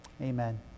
Amen